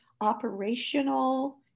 operational